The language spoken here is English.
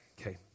okay